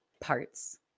parts